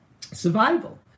Survival